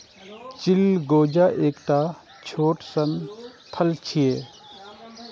चिलगोजा एकटा छोट सन फल छियै